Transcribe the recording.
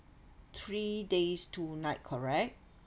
three days two night correct